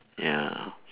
ya